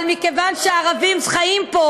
אבל מכיוון שהערבים חיים פה,